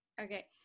Okay